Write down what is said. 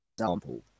example